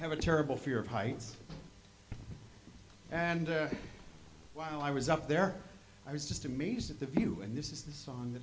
have a terrible fear of heights and while i was up there i was just amazed at the view and this is th